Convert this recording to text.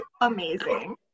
amazing